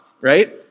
right